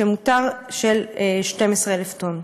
12,000 טון".